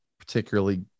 particularly